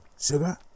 sugar